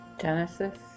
Genesis